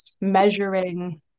measuring